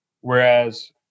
Whereas